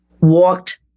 walked